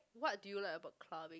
what do you like about clubbing